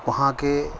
وہاں کے